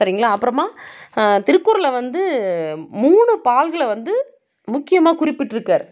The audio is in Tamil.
சரிங்களா அப்புறமா திருக்குறளில் வந்து மூணு பால்களை வந்து முக்கியமாக குறிப்பிட்டிருக்கார்